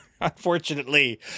unfortunately